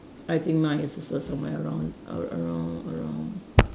I think mine is also somewhere around ar~ around around